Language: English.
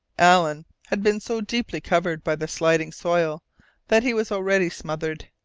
allen had been so deeply covered by the sliding soil that he was already smothered,